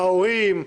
ההורים,